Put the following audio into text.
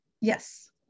Yes